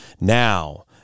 Now